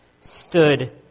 stood